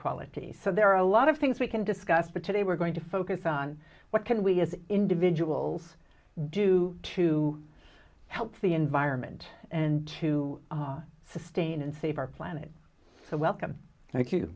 quality so there are a lot of things we can discuss but today we're going to focus on what can we as individuals do to help the environment and to sustain and save our planet so welcome